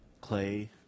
Clay